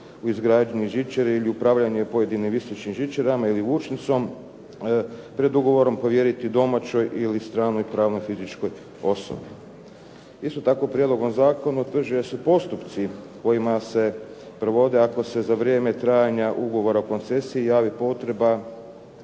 u izgradnji žičare ili upravljanje pojedinim visećim žičarama ili vučnicom predugovorom povjeriti domaćoj ili stranoj pravnoj fizičkoj osobi. Isto tako, prijedlogom zakona utvrđuju se postupci kojima se provode ako se za vrijeme trajanja ugovora o koncesiji javi potreba